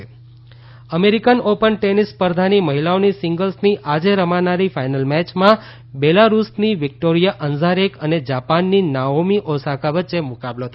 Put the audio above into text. US open tennis American open tennis સ્પર્ધાની મહિલાઓની સીંગલ્સની આજે રમાનારી ફાયનલ મેચમાં બેલારૂસ્ની વિકટોરીયા અઝારેંકા અને જાપાનની નાઓમી ઓસાકા વચ્ચે મુકાબલો થશે